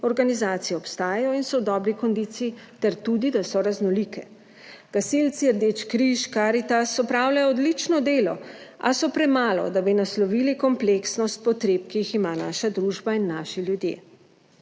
organizacije obstajajo in so v dobri kondiciji ter tudi, da so raznolike. Gasilci, Rdeči križ, Karitas, opravljajo odlično delo, a so premalo, da bi naslovili kompleksnost potreb, ki jih ima naša družba in naši ljudje.